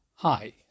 Hi